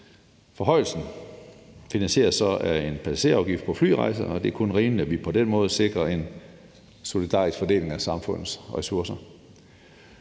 Forhøjelsen finansieres så af en passagerafgift på flyrejser, og det er kun rimeligt, at vi på den måde sikrer en solidarisk fordeling af samfundets ressourcer.